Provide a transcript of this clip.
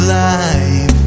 life